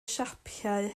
siapau